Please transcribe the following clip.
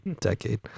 decade